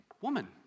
woman